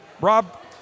Rob